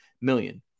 million